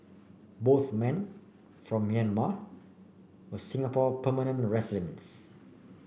both men from Myanmar were Singapore permanent residents